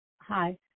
hi